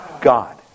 God